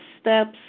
steps